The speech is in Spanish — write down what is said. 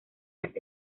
las